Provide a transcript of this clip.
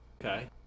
Okay